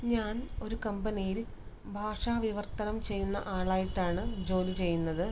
ഞാന് ഒരു കമ്പനിയില് ഭാഷ വിവര്ത്തനം ചെയ്യുന്ന ആളായിട്ടാണ് ജോലി ചെയ്യുന്നത്